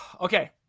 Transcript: Okay